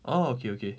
orh okay okay